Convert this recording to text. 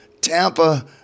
Tampa